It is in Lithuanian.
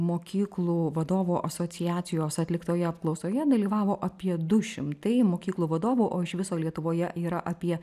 mokyklų vadovų asociacijos atliktoje apklausoje dalyvavo apie du šimtai mokyklų vadovų o iš viso lietuvoje yra apie